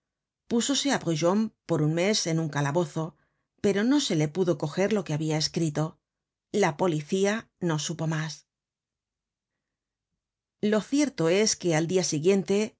púsose á brujon por un mes en un calabozo pero no se le pudo coger lo que habia eserito la policía no supo mas lo cierto es que al dia siguiente